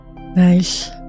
nice